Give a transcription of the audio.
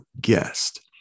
guest